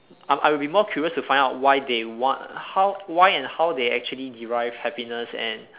I'm I will be more curious to find out why they want how why and how they actually derive happiness and